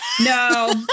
no